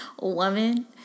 woman